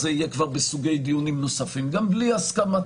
זה יהיה כבר בסוגי דיונים נוספים גם בלי הסכמתו,